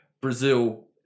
Brazil